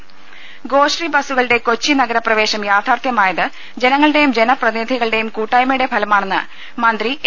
രദ്ദേഷ്ടങ ഗോശ്രീ ബസുകളുടെ കൊച്ചി നഗരപ്രവേശം യാഥാർത്ഥ്യമായത് ജന ങ്ങളുടെയും ജനപ്രതിനിധികളുടെയും കൂട്ടായ്മയുടെ ഫലമാണെന്ന് മന്ത്രി എ